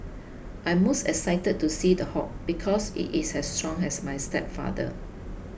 I'm most excited to see The Hulk because it is as strong as my stepfather